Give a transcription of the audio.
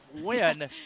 win